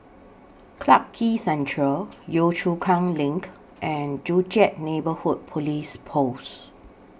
Clarke Quay Central Yio Chu Kang LINK and Joo Chiat Neighbourhood Police Post